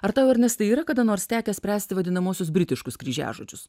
ar tau ernestai yra kada nors tekę spręsti vadinamuosius britiškus kryžiažodžius